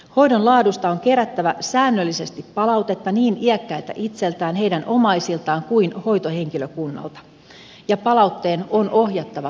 hoidon laadusta on kerättävä säännöllisesti palautetta niin iäkkäiltä itseltään heidän omaisiltaan kuin hoitohenkilökunnalta ja palautteen on ohjattava päätöksentekoa